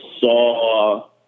saw